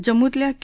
जम्मूतल्या के